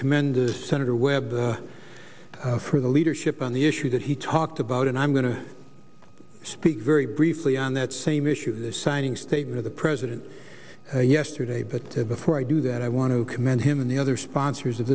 commend senator webb for the leadership on the issue that he talked about and i'm going to speak very briefly on that same issue the signing statement of the president yesterday but before i do that i want to commend him and the other sponsors